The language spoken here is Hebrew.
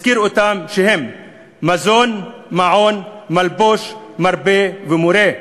הזכיר אותם: מזון, מעון, מלבוש, מרפא ומורה.